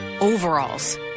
overalls